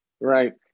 Right